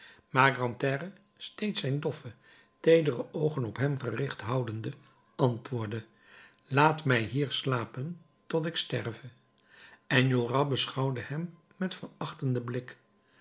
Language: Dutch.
grantaire steeds zijn doffe teedere oogen op hem gericht houdende antwoordde laat mij hier slapen tot ik sterve enjolras beschouwde hem met verachtenden blik